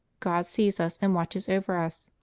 god sees us and watches over us.